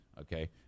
Okay